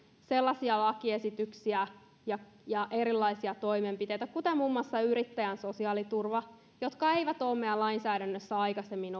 sellaisia lakiesityksiä ja ja erilaisia toimenpiteitä kuten muun muassa yrittäjän sosiaaliturva jotka eivät ole meidän lainsäädännössämme aikaisemmin